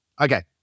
Okay